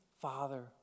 father